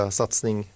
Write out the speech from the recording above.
satsning